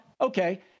okay